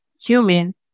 human